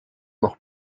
noch